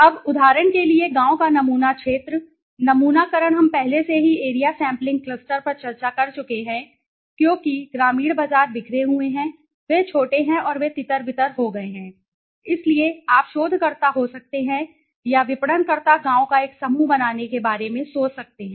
अब उदाहरण के लिए गाँव का नमूना क्षेत्र नमूनाकरण हम पहले से ही एरिया सैंपलिंग क्लस्टर पर चर्चा कर चुके हैं क्योंकि ग्रामीण बाजार बिखरे हुए हैं वे छोटे हैं और वे तितर बितर हो गए हैं इसलिए आप शोधकर्ता हो सकते हैं या विपणनकर्ता गाँवों का एक समूह बनाने के बारे में सोच सकते हैं